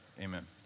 Amen